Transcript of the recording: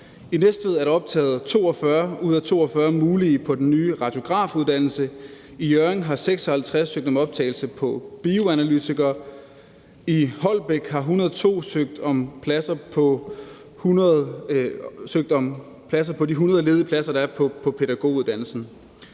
i Næstved er der optaget 42 ud af 42 mulige pladser på den nye radiografuddannelse, i Hjørring har 56 søgt om optagelse på bioanalytikeruddannelsen, i Holbæk har 102 søgt om at komme ind på de 100 ledige pladser, der er på pædagoguddannelsen,